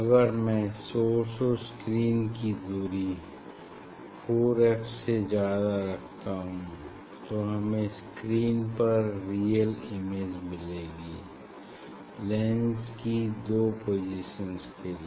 अगर मैं सोर्स और स्क्रीन की दूरी 4 एफ़ से ज्यादा रखता हूँ तो हमें स्क्रीन पर रियल इमेज मिलेगी लेंस की दो पोसिशन्स के लिए